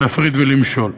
להפריד ולמשול.